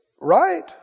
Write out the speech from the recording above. right